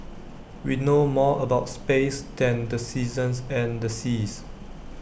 we know more about space than the seasons and the seas